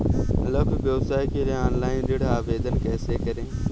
लघु व्यवसाय के लिए ऑनलाइन ऋण आवेदन कैसे करें?